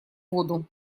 воду